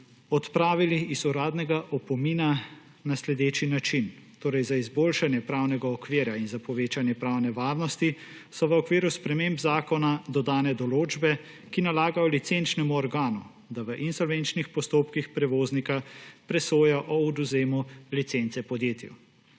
odpravili iz uradnega opomina na sledeči način. Torej, za izboljšanje pravnega okvira in za povečanje pravne varnosti so v okviru sprememb zakona dodane določbe, ki nalagajo licenčnemu organu, da v insolvenčnih postopkih prevoznika presoja o odvzemu licence podjetju.